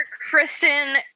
Kristen